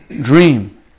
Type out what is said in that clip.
dream